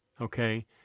okay